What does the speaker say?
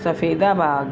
सफ़ेदाबाग